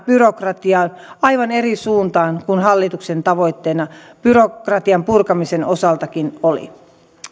byrokratiaa aivan eri suuntaan kuin hallituksen tavoitteena byrokratian purkamisen osaltakin oli